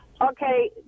Okay